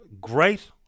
great